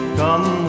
come